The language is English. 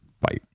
Bye